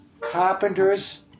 carpenters